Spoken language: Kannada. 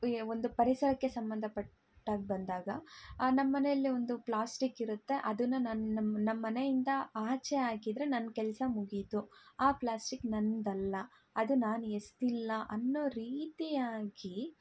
ಈ ಒಂದು ಪರಿಸರಕ್ಕೆ ಸಂಬಂಧಪಟ್ಟಾಗೆ ಬಂದಾಗ ನಮ್ಮ ಮನೆಯಲ್ಲೆ ಒಂದು ಪ್ಲಾಸ್ಟಿಕ್ ಇರುತ್ತೆ ಅದನ್ನು ನಾನು ನಮ್ಮ ನಮ್ಮ ಮನೆಯಿಂದ ಆಚೆ ಹಾಕಿದ್ರೆ ನನ್ನ ಕೆಲಸ ಮುಗಿತು ಆ ಪ್ಲಾಸ್ಟಿಕ್ ನನ್ನದಲ್ಲ ಅದು ನಾನು ಎಸೆದಿಲ್ಲ ಅನ್ನೋ ರೀತಿಯಾಗಿ